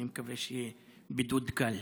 אני מקווה שיהיה בידוד קל.